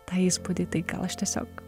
tą įspūdį tai gal aš tiesiog